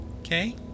Okay